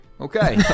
Okay